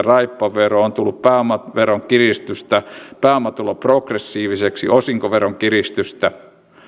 raippavero on tullut pääomaveron kiristystä pääomatulo progressiiviseksi osinkoveron kiristystä